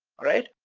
alright?